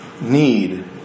need